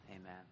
Amen